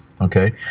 Okay